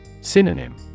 Synonym